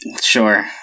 Sure